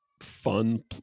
fun